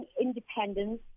Independence